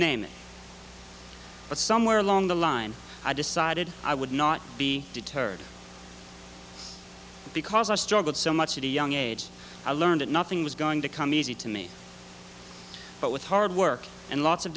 name it but somewhere along the line i decided i would not be deterred because i struggled so much of the young age i learned and nothing was going to come easy to me but with hard work and lots of